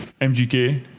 MGK